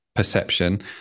Perception